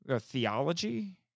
Theology